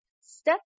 step